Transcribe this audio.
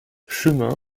chemin